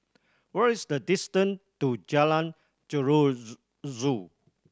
what is the distant to Jalan